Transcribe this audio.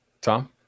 Tom